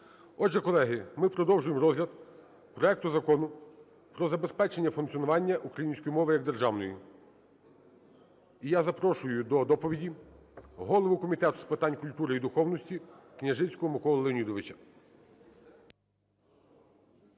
Отже, колеги, ми продовжуємо розгляд проекту Закону про забезпечення функціонування української мови як державної. І я запрошую до доповіді голову Комітету з питань культури і духовності Княжицького Миколу Леонідовича.